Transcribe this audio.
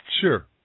Sure